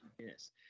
Yes